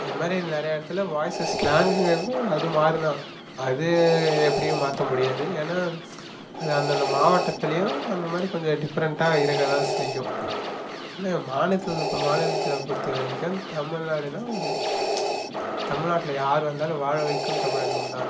அந்த மாதிரி நிறைய இடத்துல வாய்சஸ் ஸ்லாங்குங்கிறது அது மாறும்தான் அது எப்படியும் மாற்ற முடியாது ஏன்னால் அங்கே அந்தந்த மாவட்டத்துலேயும் அந்த மாதிரி கொஞ்சம் டிஃப்ரெண்ட்டாக இருக்கதான் செய்யும் மாநிலத்தில் இப்போ மாநிலத்தில் பொறுத்தவரைக்கும் தமிழ்நாடுனால் இது தமிழ்நாட்டில் யார் வந்தாலும் வாழ வைக்கும் தமிழகம்தான்